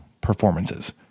performances